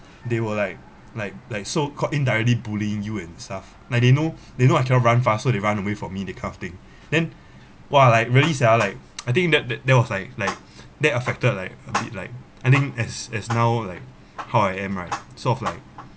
they were like like like so called indirectly bullying you and stuff like they know they know I cannot run fast so they run away from me that kind of thing then !wah! like really sia like I think that that that was like like that affected like a bit like I think as as now like how I am right sort of like